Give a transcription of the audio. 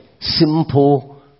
simple